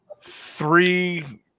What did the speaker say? three